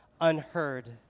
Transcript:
unheard